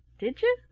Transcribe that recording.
did you?